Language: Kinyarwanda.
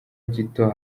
gito